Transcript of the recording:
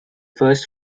first